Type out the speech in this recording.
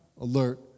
alert